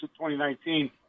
2019